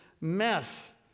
mess